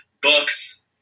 books